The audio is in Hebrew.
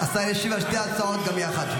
השר ישיב על שתי ההצעות גם יחד.